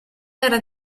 era